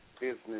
business